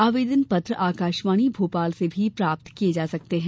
आवेदन पत्र आकाशवाणी भोपाल से भी प्राप्त किये जा सकते हैं